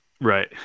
Right